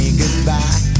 goodbye